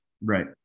Right